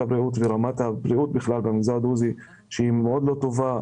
הבריאות ורמת הבריאות בכלל במגזר הדרוזי שהיא מאוד לא טובה.